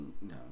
No